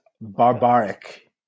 barbaric